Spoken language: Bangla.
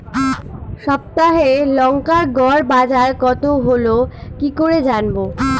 সপ্তাহে লংকার গড় বাজার কতো হলো কীকরে জানবো?